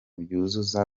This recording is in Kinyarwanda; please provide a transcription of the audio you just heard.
by’ubuzima